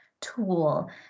tool